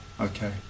Okay